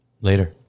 Later